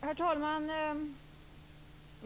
Herr talman!